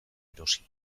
erosi